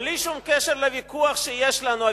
בלי שום קשר לוויכוח שיש לנו,